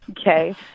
okay